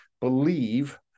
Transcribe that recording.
believe